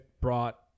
brought